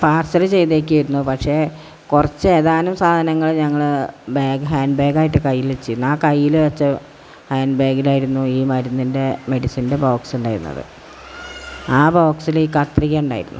parcel ചെയ്തേക്കാമയിരുന്നു പക്ഷേ കുറച്ച് ഏതാനും സാധനങ്ങൾ ഞങ്ങൾ ബാഗ് ഹാൻഡ്ബാഗ് ആയിട്ട് ഹാൻഡ് ബാഗിലായിരുന്നു ഈ മരുന്നിൻ്റെ മെഡിസിൻ്റെ ബോക്സ് ഉണ്ടായിരുന്നത് ആ ബോക്സിൽ കത്രികയുമുണ്ടായിരുന്നു